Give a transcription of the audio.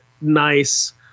nice